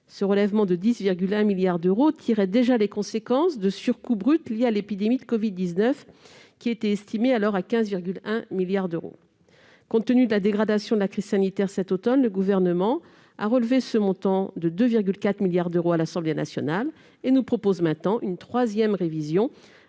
Ce relèvement de 10,1 milliards d'euros tirait déjà les conséquences de surcoûts bruts liés à l'épidémie de covid-19, estimés alors à 15,1 milliards d'euros. Compte tenu de la dégradation de la crise sanitaire cet automne, le Gouvernement a relevé ce montant de 2,4 milliards d'euros à l'Assemblée nationale, et il nous propose à présent une troisième révision,